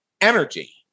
energy